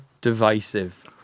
divisive